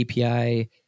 API